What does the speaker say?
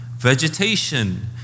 vegetation